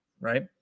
right